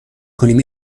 کنیم